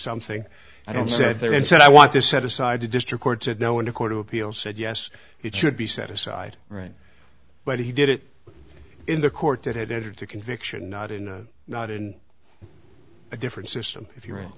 something i don't sit there and said i want to set aside the district court said no in a court of appeal said yes he should be set aside right but he did it in the court that had entered the conviction not in not in a different system if you're in